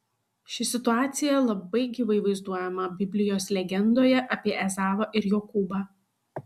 ši situacija labai gyvai vaizduojama biblijos legendoje apie ezavą ir jokūbą